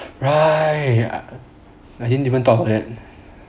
right ya I didn't even thought about that